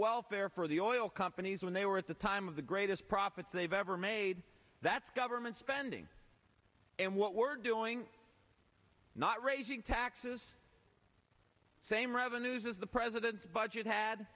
welfare for the oil companies when they were at the time of the greatest profits they've ever made that's government spending and what we're doing not raising taxes same revenues as the president's budget had